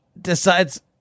Decides